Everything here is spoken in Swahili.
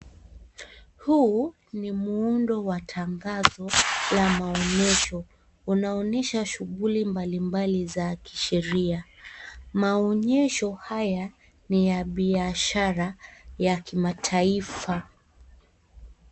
Huu ni mundo wa tangazo la maonyesho. Unaonyesha shughuli mbalimbali za kisheria. Maonyesho haya ni ya biashara ya kimataifa.